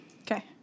Okay